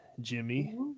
Jimmy